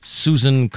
susan